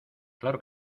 claro